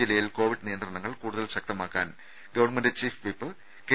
ജില്ലയിൽ കോവിഡ് നിയന്ത്രണങ്ങൾ കൂടുതൽ ശക്തമാക്കാൻ ഗവൺമെന്റ് ചീഫ് വിപ്പ് കെ